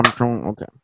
Okay